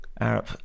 Arab